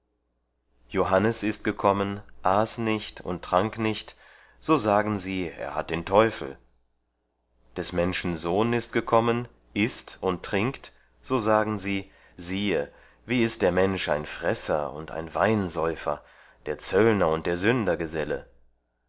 johannes ist gekommen aß nicht und trank nicht so sagen sie er hat den teufel des menschen sohn ist gekommen ißt und trinkt so sagen sie siehe wie ist der mensch ein fresser und ein weinsäufer der zöllner und der sünder geselle